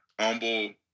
humble